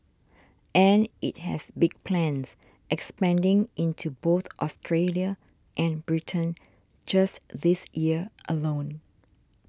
and it has big plans expanding into both Australia and Britain just this year alone